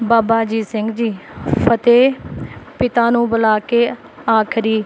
ਬਾਬਾ ਅਜੀਤ ਸਿੰਘ ਜੀ ਫਤਿਹ ਪਿਤਾ ਨੂੰ ਬੁਲਾ ਕੇ ਆਖਰੀ